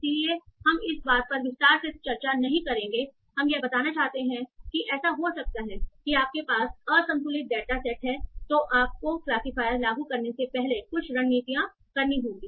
इसलिए हम इस बात पर विस्तार से चर्चा नहीं करेंगे हम यह बताना चाहते हैं कि ऐसा हो सकता है कि आपके पास असंतुलित डेटा सेट है तो आपको क्लासिफायर लागू करने से पहले कुछ रणनीतियाँ करनी होंगी